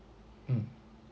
mm